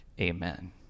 Amen